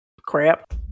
Crap